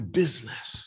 business